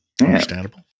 Understandable